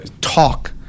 talk